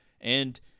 And-